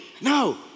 No